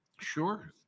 Sure